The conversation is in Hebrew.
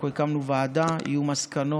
אנחנו הקמנו ועדה, יהיו מסקנות,